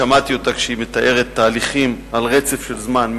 שמעתי אותה כשהיא מתארת תהליכים על רצף של זמן,